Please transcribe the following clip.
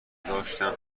داشتم